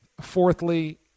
fourthly